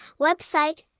website